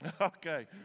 Okay